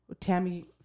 Tammy